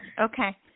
Okay